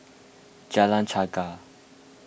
Jalan Chegar